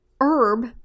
herb